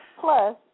plus